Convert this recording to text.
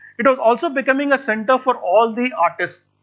it is also becoming a centre for all the artists,